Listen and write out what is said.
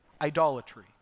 Idolatry